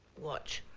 watch?